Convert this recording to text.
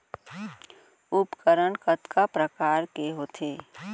उपकरण कतका प्रकार के होथे?